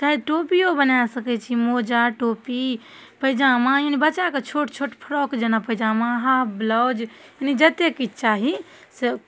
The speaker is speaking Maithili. चाहे टोपिओ बना सकै छी मौजा टोपी पैजामा ई बच्चाके छोट छोट फ्रॉक जना पैजामा हाफ ब्लाउज मने जतेक चीज चाही से